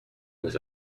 this